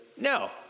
No